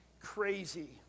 crazy